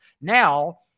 Now